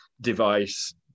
device